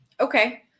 Okay